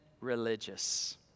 religious